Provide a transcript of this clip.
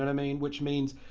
and i mean? which means,